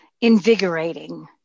invigorating